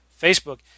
Facebook